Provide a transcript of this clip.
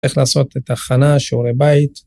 איך לעשות את הכנה, שיעורי בית.